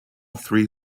three